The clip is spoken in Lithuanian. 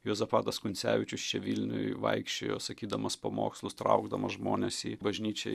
juozapatas kuncevičius čia vilniuj vaikščiojo sakydamas pamokslus traukdamas žmones į bažnyčią